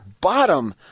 bottom